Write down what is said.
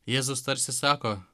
jėzus tarsi sako